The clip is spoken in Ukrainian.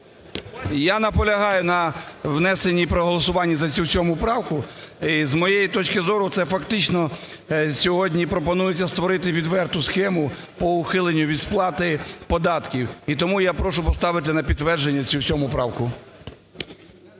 Я наполягаю на внесенні і проголосуванні за цю 7 правку. З моєї точки зору, це фактично сьогодні пропонується створити відверту схему по ухиленню від сплати податків. І тому я прошу поставити на підтвердження цю 7 правку.